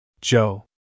Joe